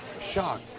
shock